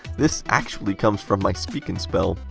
this actually comes from my speak and spell.